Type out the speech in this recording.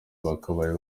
bakabaye